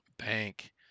bank